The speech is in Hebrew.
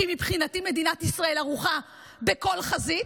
כי מבחינתי מדינת ישראל ערוכה בכל חזית,